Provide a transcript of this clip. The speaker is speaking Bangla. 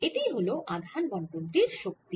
এটিই হল আধান বণ্টন টির শক্তি